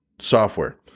software